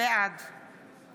בעד